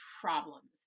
problems